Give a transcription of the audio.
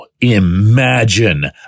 imagine